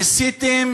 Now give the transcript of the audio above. ניסיתם